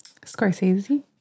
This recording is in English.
Scorsese